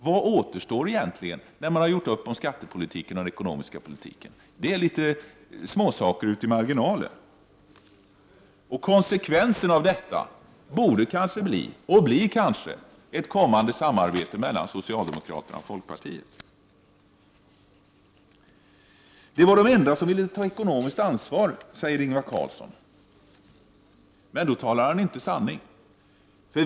Vad återstår egentligen när man har gjort upp om skattepolitiken och den ekonomiska politiken? Jo, litet småsaker ute i marginalen. Konsekvensen av detta borde kanske bli, och blir kanske, ett kommande samarbete mellan socialdemokraterna och folkpartiet. Vi var de enda som ville ta ekonomiskt ansvar, säger Ingvar Carlsson. Men då talar han inte sanning.